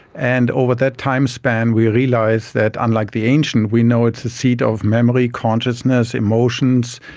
and over that time span we realised that, unlike the ancients we know it's the seat of memory, consciousness, emotions,